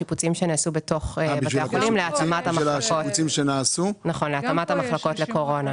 השיפוצים שנעשו בתוך בתי החולים להתאמת המחלקות לקורונה.